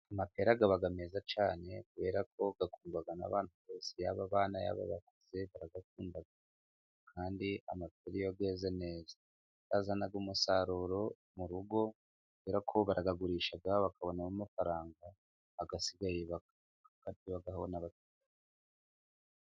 Amapera aba meza cyane kubera ko akundwa n'abantu bose, yaba abana yaba abakuze barayakunda. Kandi amapera iyo yeze neza azana umusaruro mu rugo, kubera ko barayagurisha bakabonamo amafaranga, asigaye bakayarya bagahaho n'abaturanyi.